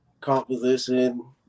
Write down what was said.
composition